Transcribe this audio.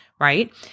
right